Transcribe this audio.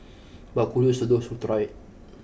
but kudos to those who tried